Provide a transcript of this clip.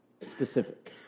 specific